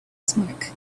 smoke